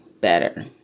better